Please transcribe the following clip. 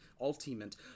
ultimate